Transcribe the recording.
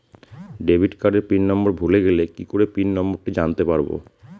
Debit কার্ডের PIN number ভুলে গেলে কি করে পিন নম্বরটি জানতে পারবো?